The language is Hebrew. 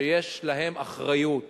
שיש להם אחריות ללווים,